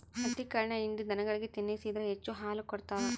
ಹತ್ತಿಕಾಳಿನ ಹಿಂಡಿ ದನಗಳಿಗೆ ತಿನ್ನಿಸಿದ್ರ ಹೆಚ್ಚು ಹಾಲು ಕೊಡ್ತಾವ